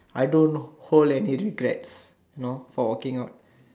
I don't hold any regrets know for walking out